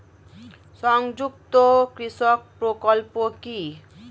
সংযুক্ত কৃষক প্রকল্প কি?